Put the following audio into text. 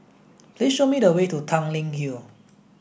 please show me the way to Tanglin Hill